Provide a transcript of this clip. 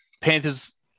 Panthers